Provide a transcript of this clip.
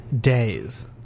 days